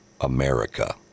America